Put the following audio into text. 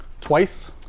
Twice